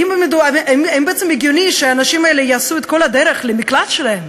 אז האם בעצם הגיוני שהאנשים האלה יעשו את כל הדרך למקלט שלהם